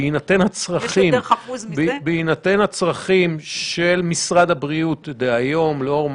במדינה דמוקרטית השב"כ לא מופעל ככלי נגד